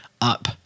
up